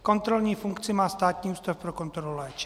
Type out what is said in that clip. Kontrolní funkci má Státní ústav pro kontrolu léčiv.